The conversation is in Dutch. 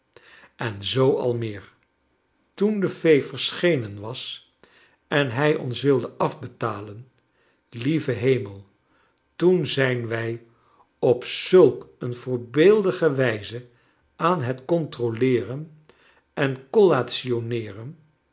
en zoo al meer toen de fee verschenen was en hij ons wilde afbetalen lieve heme toen zijn wij op zulk een voorbeeldige wijze aan het controleeren en